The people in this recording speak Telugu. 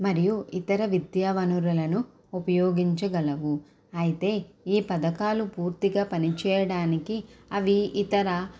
మరియు ఇతర విద్యా వనరులను ఉపయోగించగలరు అయితే ఈ పథకాలు పూర్తిగా పనిచేయడానికి అవి ఇతర